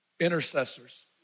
Intercessors